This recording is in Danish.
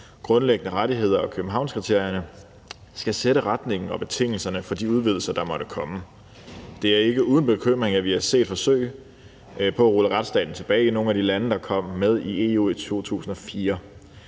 grundlæggende rettigheder og Københavnskriterierne, skal sætte retningen og betingelserne for de udvidelser, der måtte komme. Det er ikke uden bekymring, at vi har set forsøg på at rulle retsstaten tilbage i nogle af de lande, der kom med i EU i 2004.